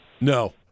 No